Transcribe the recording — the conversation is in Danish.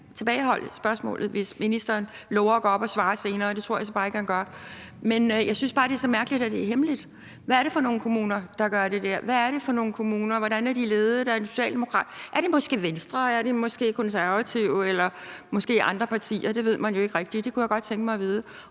gerne tilbageholde spørgsmålet, hvis ministeren lover at gå op og svare senere, men det tror jeg bare ikke han gør. Jeg synes bare, det er så mærkeligt, at det er hemmeligt. Hvad er det for nogle kommuner, der gør det der? Hvordan af de ledet – er de måske ledet af Socialdemokratiet, Venstre, Konservative eller andre partier? Det ved man jo ikke rigtig, og det kunne jeg godt tænke mig at vide.